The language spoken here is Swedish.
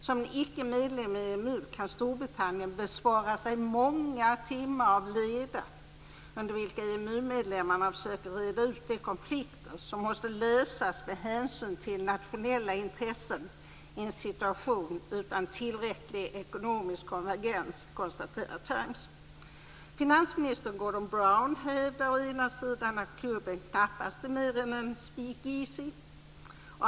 Som en icke-medlem i EMU kan Storbritannien bespara sig många timmar av leda under vilka EMU-medlemmarna försöker reda ut de konflikter som måste lösas med hänsyn till nationella intressen i en situation utan tillräcklig ekonomisk konvergens." Finansminister Gordon Brown hävdar å ena sidan att klubben knappast är mer än speak easy.